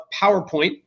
powerpoint